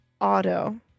auto